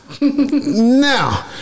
Now